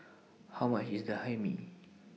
How much IS The Hae Mee